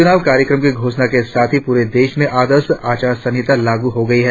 चुनाव कार्यक्रमों की घोषणा के साथ ही पूरे देश में आदर्श आचार संहिता लागू हो गई है